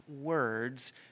words